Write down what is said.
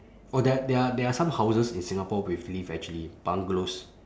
oh there are there are there are some houses in singapore with lift actually bungalows